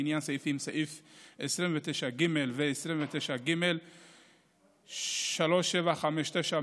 לעניין סעיף 29(ב) ו-29(ג); מס' 3759,